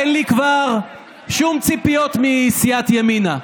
אין לי כבר שום ציפיות מסיעת ימינה.